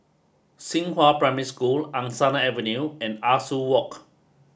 Xinghua Primary School Angsana Avenue and Ah Soo Walk